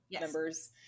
members